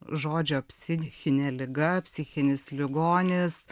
žodžio psichinė liga psichinis ligonis